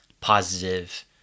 positive